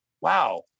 wow